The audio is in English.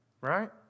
right